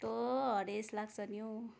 कस्तो हरेस लाग्छ नि हौ